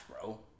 bro